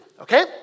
okay